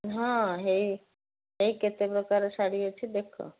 ହଁ ହେଇ ହେଇ କେତେ ପ୍ରକାର ଶାଢ଼ି ଅଛି ଦେଖ